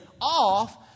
off